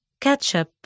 Ketchup